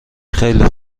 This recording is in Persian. خیلی